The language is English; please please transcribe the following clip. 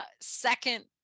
second